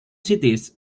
cities